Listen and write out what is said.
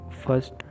first